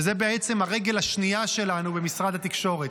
וזאת בעצם הרגל השנייה שלנו במשרד התקשורת.